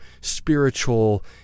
spiritual